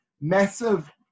massive